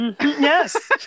Yes